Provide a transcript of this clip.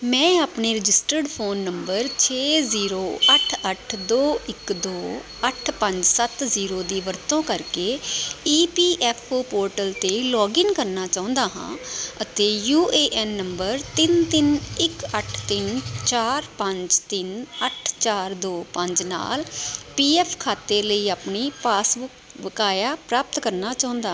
ਮੈਂ ਆਪਣੇ registered phone number ਛੇ ਜ਼ੀਰੋ ਅੱਠ ਅੱਠ ਦੋ ਇੱਕ ਦੋ ਅੱਠ ਪੰਜ ਸੱਤ ਜ਼ੀਰੋ ਦੀ ਵਰਤੋਂ ਕਰਕੇ E P F O portal 'ਤੇ ਲੌਗਇਨ ਕਰਨਾ ਚਾਹੁੰਦਾ ਹਾਂ ਅਤੇ ਯੂ ਏ ਐਨ ਨੰਬਰ ਤਿੰਨ ਤਿੰਨ ਇੱਕ ਅੱਠ ਤਿੰਨ ਚਾਰ ਪੰਜ ਤਿੰਨ ਅੱਠ ਚਾਰ ਦੋ ਪੰਜ ਨਾਲ ਪੀ ਐਫ ਖਾਤੇ ਲਈ ਆਪਣੀ ਪਾਸਬੁੱਕ ਬਕਾਇਆ ਪ੍ਰਾਪਤ ਕਰਨਾ ਚਾਹੁੰਦਾ